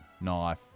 knife